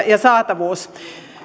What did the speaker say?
ja saatavuuden